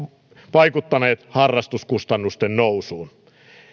vaikuttaneet harrastuskustannusten nousuun